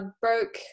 broke